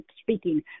speaking